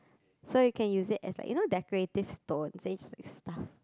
so you can use it as like you know decorative stones then you just like stuff